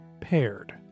Paired